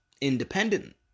Independent